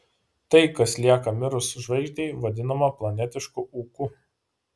tai kas lieka mirus žvaigždei vadinama planetišku ūku